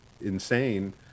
insane